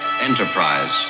Enterprise